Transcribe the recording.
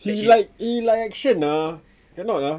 he like he like action ah cannot ah